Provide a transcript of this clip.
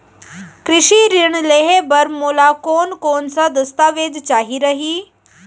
कृषि ऋण लेहे बर मोला कोन कोन स दस्तावेज चाही रही?